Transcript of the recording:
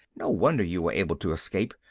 no wonder you were able to escape.